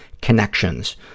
connections